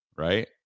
Right